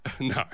no